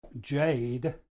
jade